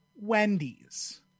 wendy's